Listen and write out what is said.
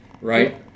right